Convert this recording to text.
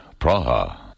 Praha